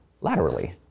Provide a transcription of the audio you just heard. laterally